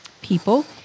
people